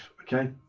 okay